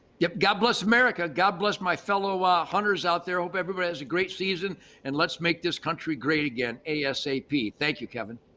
yep. god bless america. god bless my fellow um hunters out there. hope everybody has a great season and let's make this country great again asap. thank you, kevin.